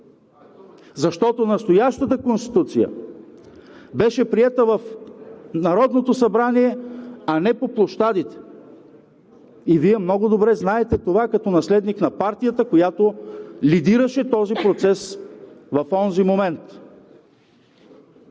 Защото настоящата Конституция беше приета в Народното събрание, а не по площадите и Вие много добре знаете това като наследник на партията, която лидираше този процес в онзи момент.